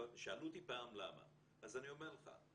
שאלו אותי פעם למה, אז אני אומר לך.